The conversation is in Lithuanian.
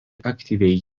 aktyviai